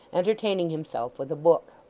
entertaining himself with a book.